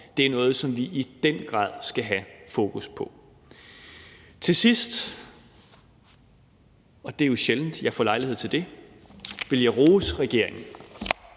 Det er noget, som vi i den grad skal have fokus på. Til sidst – og det er jo sjældent, jeg får lejlighed til det – vil jeg rose regeringen,